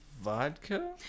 vodka